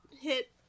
hit